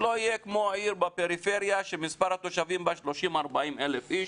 לא תהיה כמו עיר בפריפריה שמספר התושבים בה 40,000-30,000 איש